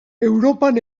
europan